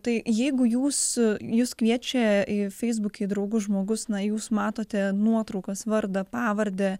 tai jeigu jūs jūs kviečia į feisbukę į draugus žmogus na jūs matote nuotraukas vardą pavardę